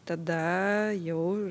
tada jau